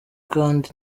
kandi